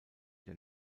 der